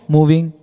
Moving